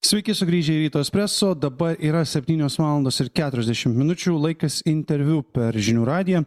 sveiki sugrįžę į ryto espreso dabar yra septynios valandos ir keturiasdešimt minučių laikas interviu per žinių radiją